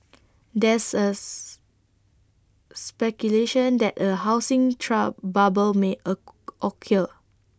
there's A speculation that A housing bubble may occur